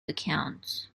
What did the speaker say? accounts